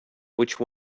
which